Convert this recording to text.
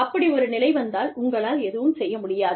அப்படி ஒரு நிலை வந்தால் உங்களால் எதுவும் செய்ய முடியாது